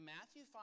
Matthew